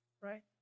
right